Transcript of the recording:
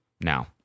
now